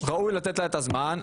ראוי לתת לה את הזמן,